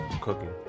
Cooking